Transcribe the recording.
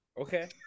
okay